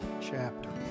chapter